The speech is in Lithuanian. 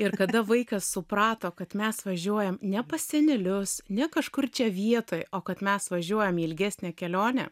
ir kada vaikas suprato kad mes važiuojam ne pas senelius ne kažkur čia vietoj o kad mes važiuojam į ilgesnę kelionę